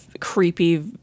Creepy